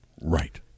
Right